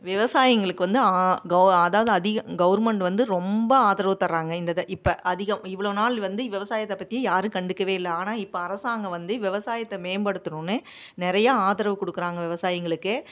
விவசாயிங்களுக்கு வந்து ஆ கொ அதாவது அதிகம் கவுர்மெண்ட் வந்து ரொம்ப ஆதரவு தர்றாங்க இந்த இதை இப்போ அதிகம் இவ்வளோ நாள் வந்து விவசாயத்தை பற்றி யாரும் கண்டுக்கவே இல்லை ஆனால் இப்போ அரசாங்கம் வந்து விவசாயத்தை மேம்படுத்தணும்னு நிறையா ஆதரவு கொடுக்குறாங்க விவசாயிங்களுக்கு